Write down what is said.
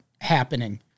happening